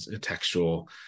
textual